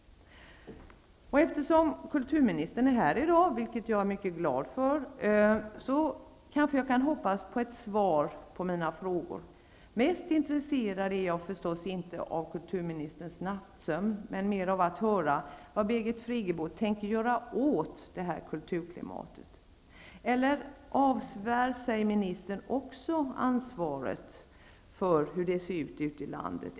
Eftersom kulturministern är här i dag -- vilket jag är mycket glad för -- kanske jag kan hoppas på ett svar på mina frågor. Mest intresserad är jag förstås inte av kulturministerns nattsömn utan av att höra vad Birgit Friggebo tänker göra åt det här kulturklimatet. Eller avsvär sig ministern också ansvaret för hur det ser ut ute i landet?